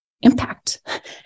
impact